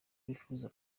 wifuza